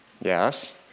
Yes